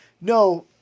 No